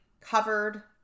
covered